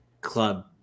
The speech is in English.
club